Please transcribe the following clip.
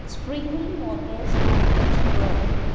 sprinkling waters mountains brock